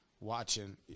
watching